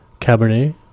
Cabernet